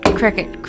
cricket